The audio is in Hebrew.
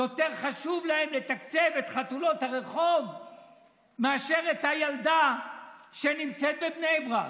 יותר חשוב להם לתקצב את חתולות הרחוב מאשר את הילדה שנמצאת בבני ברק.